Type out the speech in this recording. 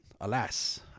alas